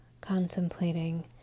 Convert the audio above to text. contemplating